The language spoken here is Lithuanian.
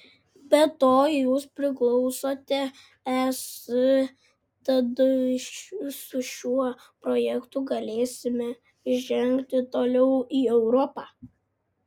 be to jūs priklausote es tad su šiuo projektu galėsime žengti toliau į europą